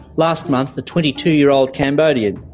last month, a twenty two year old cambodian,